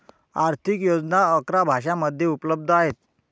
आर्थिक योजना अकरा भाषांमध्ये उपलब्ध आहेत